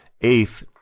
Eighth